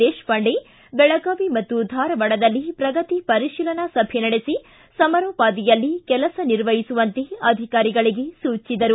ದೇಶಪಾಂಡೆ ಬೆಳಗಾವಿ ಮತ್ತು ಧಾರವಾಡದಲ್ಲಿ ಪ್ರಗತಿ ಪರೀಶಿಲನಾ ಸಭೆ ನಡೆಸಿ ಸಮರೋಪಾದಿಯಲ್ಲಿ ಕೆಲಸ ನಿರ್ವಹಿಸುವಂತೆ ಅಧಿಕಾರಿಗಳಿಗೆ ಸೂಚಿಸಿದರು